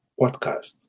podcast